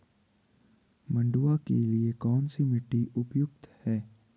मंडुवा के लिए कौन सी मिट्टी उपयुक्त है?